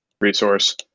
resource